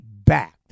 back